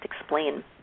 explain